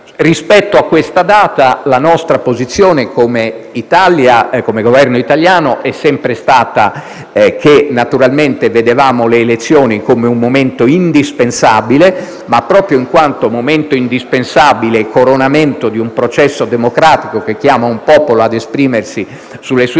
Rispetto a questa data, la nostra posizione, come Italia e come Governo italiano, è sempre stata che naturalmente vedevamo le elezioni come un momento indispensabile ma, proprio in quanto momento indispensabile e coronamento di un processo democratico che chiama un popolo a esprimersi sulle sue istituzioni